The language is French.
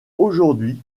aujourd’hui